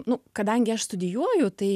nu kadangi aš studijuoju tai